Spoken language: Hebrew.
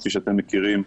כפי שאתם מכירים,